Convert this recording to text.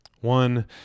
one